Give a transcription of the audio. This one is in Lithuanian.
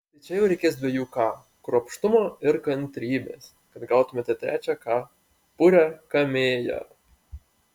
štai čia jau reikės dviejų k kruopštumo ir kantrybės kad gautumėte trečią k purią kamėją